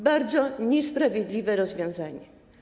Bardzo niesprawiedliwe rozwiązanie.